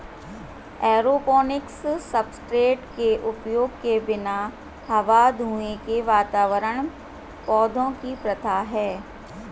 aeroponics substrate के उपयोग के बिना हवा धुंध के वातावरण पौधों की प्रथा है